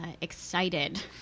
excited